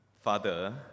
father